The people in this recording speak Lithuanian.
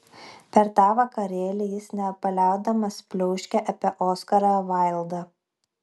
per tą vakarėlį jis nepaliaudamas pliauškė apie oskarą vaildą